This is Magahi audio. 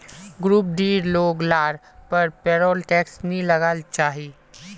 ग्रुप डीर लोग लार पर पेरोल टैक्स नी लगना चाहि